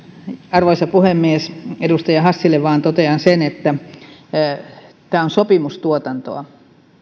arvoisa puhemies edustaja hassille totean vain sen että tämä on sopimustuotantoa